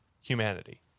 humanity